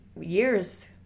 years